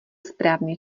správný